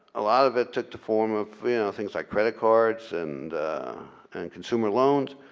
a lot of it took the form of things like credit cards, and and consumer loans.